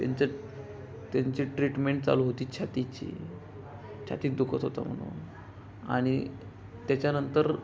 त्यांचं त्यांची ट्रीटमेंट चालू होती छातीची छातीत दुखत होतं म्हणून आणि त्याच्यानंतर